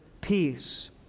peace